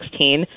2016